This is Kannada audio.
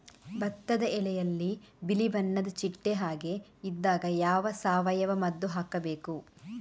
ಭತ್ತದ ಎಲೆಯಲ್ಲಿ ಬಿಳಿ ಬಣ್ಣದ ಚಿಟ್ಟೆ ಹಾಗೆ ಇದ್ದಾಗ ಯಾವ ಸಾವಯವ ಮದ್ದು ಹಾಕಬೇಕು?